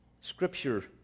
Scripture